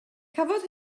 cafodd